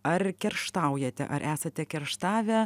ar kerštaujate ar esate kerštavę